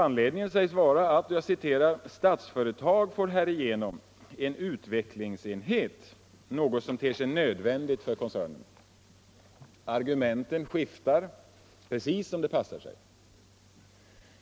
Anledningen sägs vara att ”Statsföretag får därigenom en utvecklingsenhet, något som ter sig nödvändigt för koncernen”. Argumenten skiftar — precis som det passar sig.